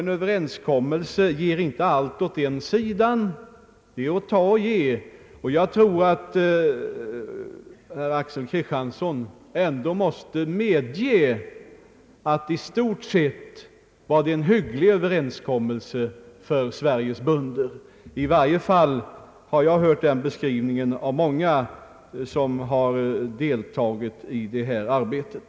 En överenskommelse ger inte allt åt ena sidan, utan innebär att man både tar och ger. Jag tror herr Kristiansson ändå måste medge att det i stort sett var en hygglig överenskommelse för Sveriges bönder. Den beskrivningen har i varje fall jag fått av många som deltagit i detta arbete.